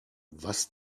was